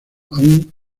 aún